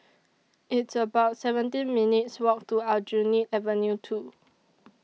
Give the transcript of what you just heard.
It's about seventeen minutes' Walk to Aljunied Avenue two